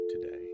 today